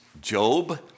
job